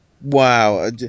Wow